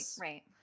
right